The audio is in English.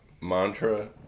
mantra